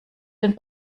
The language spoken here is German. den